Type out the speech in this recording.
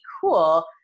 cool